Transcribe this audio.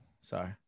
sorry